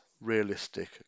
realistic